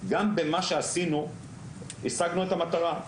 גם במה שעשינו השגנו את המטרה,